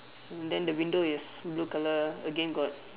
then the window is blue colour again got